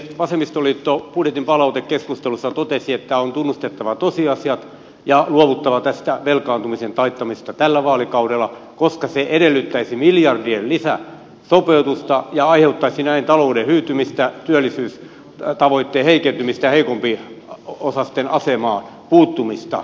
vasemmistoliitto budjetin palautekeskustelussa totesi että on tunnustettava tosiasiat ja luovuttava tästä velkaantumisen taittamisesta tällä vaalikaudella koska se edellyttäisi miljardien lisäsopeutusta ja aiheuttaisi näin talouden hyytymistä työllisyystavoitteen heikentymistä ja heikompiosaisten asemaan puuttumista